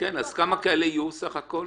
כמה כאלה יהיו בסך הכול?